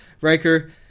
Riker